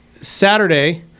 Saturday